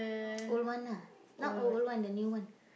old one ah not old old one the new one